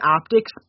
optics